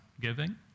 giving